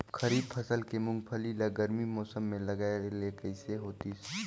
खरीफ फसल के मुंगफली ला गरमी मौसम मे लगाय ले कइसे होतिस?